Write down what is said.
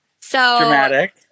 Dramatic